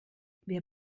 wer